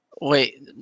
Wait